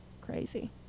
crazy